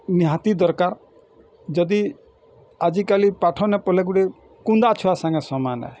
ନିହାତି ଦରକାର ଯଦି ଆଜି କାଲି ପାଠ ନାଇଁ ପଢ଼ିଲେ ଗୁଟେ କୁନ୍ଦା ଛୁଆ ସାଙ୍ଗେ ସମାନ ଏ